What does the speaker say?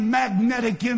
magnetic